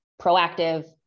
proactive